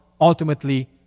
ultimately